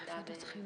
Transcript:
שעמדת בדרישות.